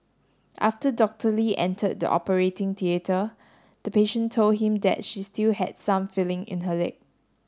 after Doctor Lee entered the operating theatre the patient told him that she still had some feeling in her leg